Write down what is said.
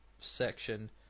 section